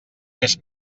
més